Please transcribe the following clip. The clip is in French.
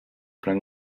plein